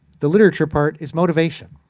the literature part is motivation.